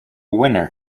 winner